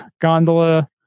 Gondola